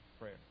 Prayer